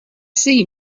see